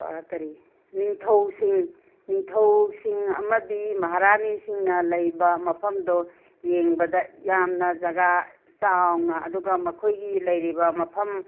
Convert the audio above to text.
ꯀꯔꯤ ꯅꯤꯡꯊꯧꯁꯤꯡ ꯅꯤꯡꯊꯧꯁꯤꯡ ꯑꯃꯗꯤ ꯃꯍꯥꯔꯥꯅꯤꯁꯤꯡꯅ ꯂꯩꯕ ꯃꯐꯝꯗꯣ ꯌꯦꯡꯕꯗ ꯌꯥꯝꯅ ꯖꯒꯥ ꯆꯥꯎꯅ ꯑꯗꯨꯒ ꯃꯈꯣꯏꯒꯤ ꯂꯩꯔꯤꯕ ꯃꯐꯝ